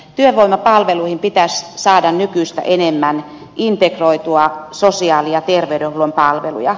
työvoimapalveluihin pitäisi saada nykyistä enemmän integroitua sosiaali ja terveydenhuollon palveluja